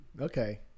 okay